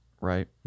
right